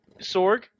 Sorg